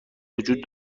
وجود